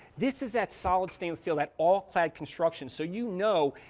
this is that solid stainless steel, that all-clad construction. so you know,